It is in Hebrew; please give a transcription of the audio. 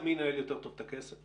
זה מי ינהל יותר טוב את הכסף,